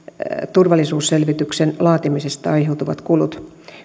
turvallisuusselvityksen laatimisesta aiheutuvat kulut